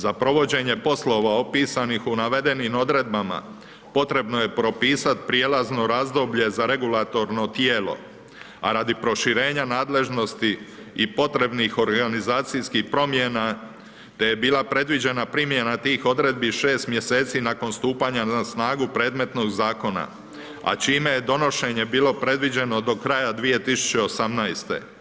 Za provođenje poslova opisanih u navedenim odredbama potrebno je propisat prijelazno razdoblje za regulatorno tijelo, a radi proširenja nadležnosti i potrebnih organizacijskih promjena te je bila predviđena primjena tih odredbi 6 mjeseci nakon stupanja na snagu predmetnog zakona, a čime je donošenje bilo predviđeno do kraja 2018.